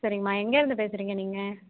சரிங்கம்மா எங்கேருந்து பேசுகிறீங்க நீங்கள்